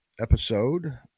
episode